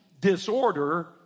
disorder